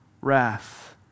wrath